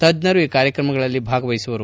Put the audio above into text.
ತಜ್ಞರು ಈ ಕಾರ್ಯಕ್ರಮಗಳಲ್ಲಿ ಭಾಗವಹಿಸುವರು